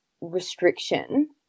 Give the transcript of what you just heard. restriction